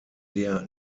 der